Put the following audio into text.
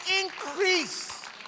increase